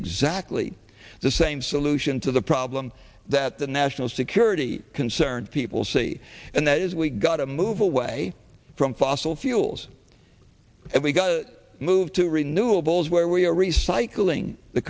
exactly the same solution to the album that the national security concerns people see and that is we've got to move away from fossil fuels and we've got to move to renewables where we are recycling the